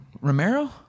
Romero